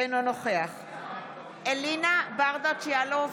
אינו נוכח אלינה ברדץ' יאלוב,